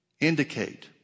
Indicate